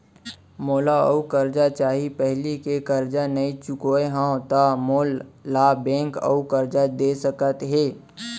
मोला अऊ करजा चाही पहिली के करजा नई चुकोय हव त मोल ला बैंक अऊ करजा दे सकता हे?